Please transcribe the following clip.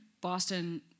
Boston